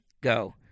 Go